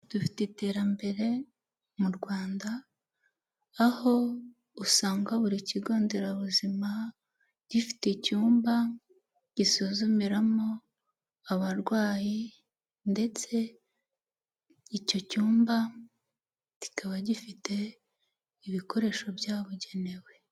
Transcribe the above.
Dufite iterambere mu Rwanda, aho usanga buri kigo nderabuzima gifite icyumba gisuzumiramo abarwayi ndetse icyo cyumba kikaba gifite ibikoresho byabugenewe.